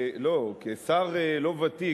כשר לא ותיק,